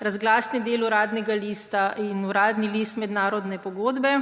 Razglasni del Uradnega lista in Uradni list – Mednarodne pogodbe,